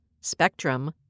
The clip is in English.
Spectrum